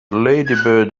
ladybird